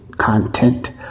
Content